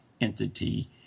entity